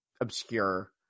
obscure